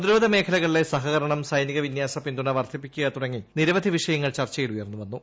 പ്രതിരോധ മേഖലകളിലെ സഹകരണം സൈനിക വിന്യാസ പിന്തുണ വർധിപ്പിക്കുക തുടങ്ങി നിരവധി വിഷയങ്ങൾ ചർച്ചയിൽ ഉയർന്നു വന്നു